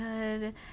good